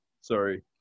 sorry